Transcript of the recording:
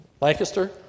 Lancaster